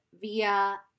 via